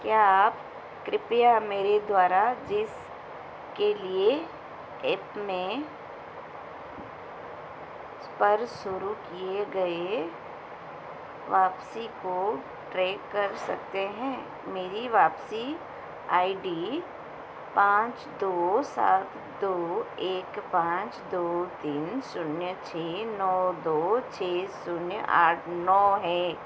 क्या आप कृपया मेरे द्वारा जीन्स के लिए एपमे पर शुरू किए गए वापसी को ट्रैक कर सकते हैं मेरी वापसी आई डी पाँच दो सात दो एक पाँच दो तीन शून्य छह नौ दो छह शून्य आठ नौ है